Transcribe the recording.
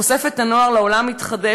חושפת את הנוער לעולם מתחדש.